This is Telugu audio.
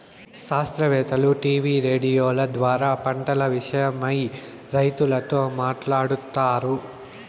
శాస్త్రవేత్తలు టీవీ రేడియోల ద్వారా పంటల విషయమై రైతులతో మాట్లాడుతారు